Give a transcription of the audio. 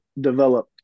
develop